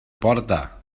porta